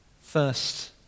first